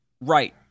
Right